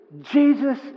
Jesus